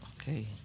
Okay